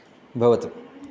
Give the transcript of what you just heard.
भवतु